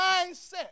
mindset